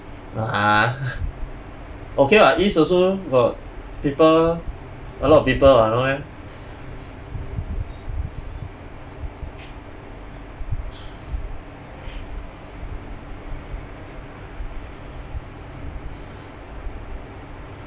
!huh! okay [what] east also got people a lot of people [what] no meh